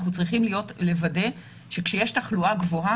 אנחנו צריכים לוודא שכשיש תחלואה גבוהה